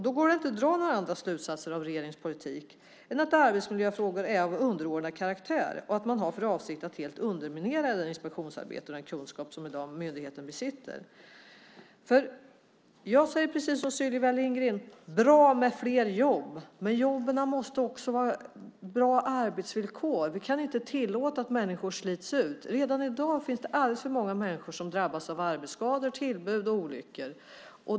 Det går inte att dra några andra slutsatser av regeringens politik än att arbetsmiljöfrågor är av underordnad karaktär och att man har för avsikt att helt underminera inspektionsarbetet och den kunskap som myndigheten i dag besitter. Jag säger precis som Sylvia Lindgren: Bra med fler jobb, men jobben måste ha bra arbetsvillkor. Vi kan inte tillåta att människor slits ut. Redan i dag är det alldeles för många människor som drabbas av arbetsskador, tillbud och olyckor.